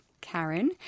Karen